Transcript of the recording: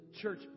church